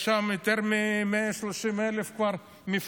יש שם כבר יותר מ-130,000 מפונים,